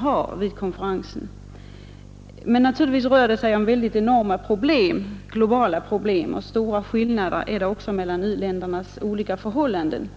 strävanden vid konferensen. Och naturligtvis rör det sig om enorma — globala — problem och stora skillnader mellan u-ländernas förhållanden.